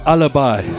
Alibi